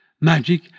Magic